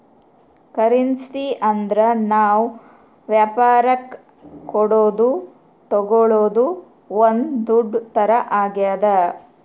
currency ಅಂದ್ರ ನಾವ್ ವ್ಯಾಪರಕ್ ಕೊಡೋದು ತಾಗೊಳೋದು ಒಂದ್ ದುಡ್ಡು ತರ ಆಗ್ಯಾದ